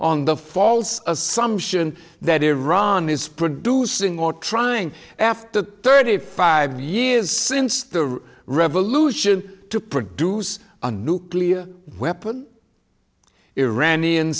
on the false assumption that iran is producing or trying after thirty five years since the revolution to produce a nuclear weapon iranian